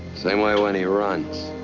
saying why when he runs.